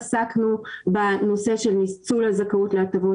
עסקנו בנושא של ניצול הזכאות להטבות